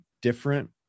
different